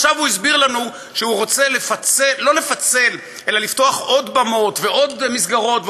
עכשיו הוא הסביר לנו שהוא רוצה לא לפצל אלא לפתוח עוד במות ועוד מסגרות,